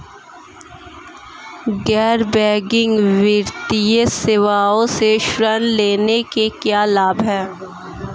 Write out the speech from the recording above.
गैर बैंकिंग वित्तीय सेवाओं से ऋण लेने के क्या लाभ हैं?